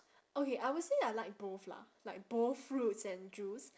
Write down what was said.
okay I would say I like both lah like both fruits and juice